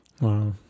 wow